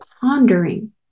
pondering